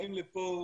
באים לפה